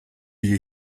you